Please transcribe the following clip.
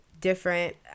different